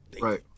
right